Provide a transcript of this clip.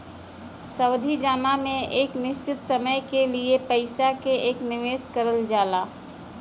सावधि जमा में एक निश्चित समय के लिए पइसा क निवेश करल जाला